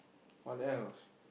what else